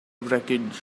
wreckage